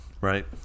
Right